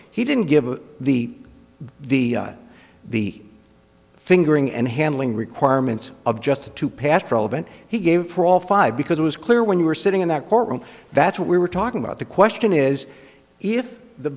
he didn't give the the the fingering and handling requirements of just two past relevant he gave paul five because it was clear when you were sitting in that courtroom that's what we were talking about the question is if the